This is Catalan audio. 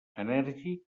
enèrgic